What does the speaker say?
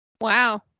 Wow